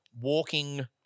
walking